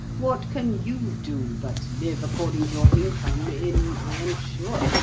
what can you do but live according to your income in, i am sure,